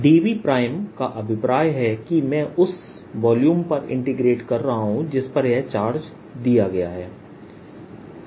dVका अभिप्राय है कि मैं उस वॉल्यूम पर इंटीग्रेट कर रहा हूं जिस पर यह चार्ज दिया गया है